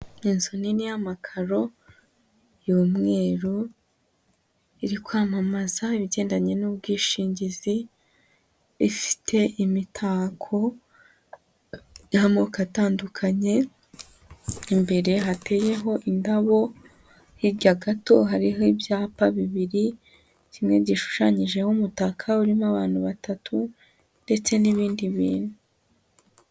Inzu nini y'amakaro y'umweru, iri kwamamaza ibigendanye n'ubwishingizi, ifite imitako y'amoko atandukanye, imbere hateyeho indabo, hirya gato hariho ibyapa bibiri, kimwe gishushanyijeho umutaka urimo abantu batatu ndetse n'ibindi bintu.